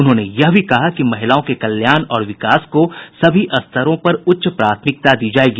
उन्होंने यह भी कहा कि महिलाओं के कल्याण और विकास को सभी स्तरों पर उच्च प्राथमिकता दी जाएगी